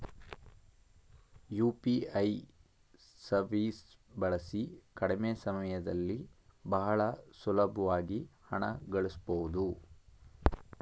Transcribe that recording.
UPI ಸವೀಸ್ ಬಳಸಿ ಕಡಿಮೆ ಸಮಯದಲ್ಲಿ ಬಹಳ ಸುಲಬ್ವಾಗಿ ಹಣ ಕಳಸ್ಬೊದು